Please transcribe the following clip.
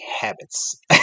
habits